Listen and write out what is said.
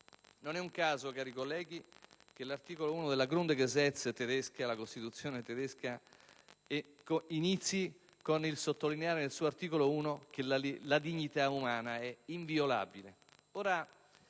Non è un caso, cari colleghi, che la Grundgesetz, la Costituzione tedesca, inizi con il sottolineare, all'articolo 1, che la dignità umana è inviolabile.